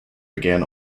began